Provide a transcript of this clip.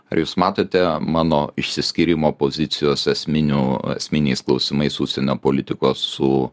ar jūs matote mano išsiskyrimo pozicijos esminių esminiais klausimais užsienio politikos su